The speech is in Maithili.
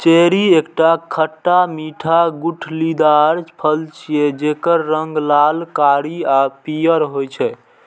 चेरी एकटा खट्टा मीठा गुठलीदार फल छियै, जेकर रंग लाल, कारी आ पीयर होइ छै